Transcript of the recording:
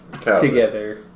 together